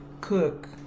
cook